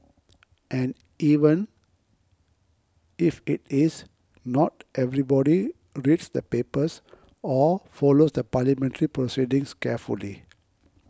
and even if it is not everybody reads the papers or follows the parliamentary proceedings carefully